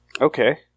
Okay